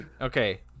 okay